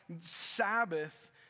Sabbath